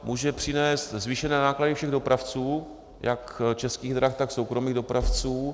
Může přinést zvýšené náklady všech dopravců, jak Českých drah, tak soukromých dopravců.